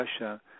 Russia